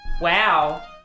wow